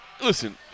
listen